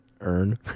Earn